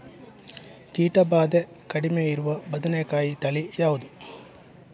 ಕೀಟ ಭಾದೆ ಕಡಿಮೆ ಇರುವ ಬದನೆಕಾಯಿ ತಳಿ ಯಾವುದು?